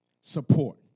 support